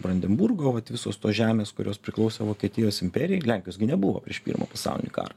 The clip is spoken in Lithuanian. brandenburgo vat visos tos žemės kurios priklausė vokietijos imperijai lenkijos gi nebuvo prieš pirmą pasaulinį karą